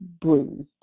bruised